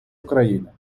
україни